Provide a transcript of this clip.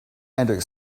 ending